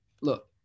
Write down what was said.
look